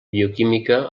bioquímica